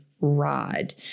rod